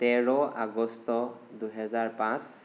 তেৰ আগষ্ট দুহেজাৰ পাঁচ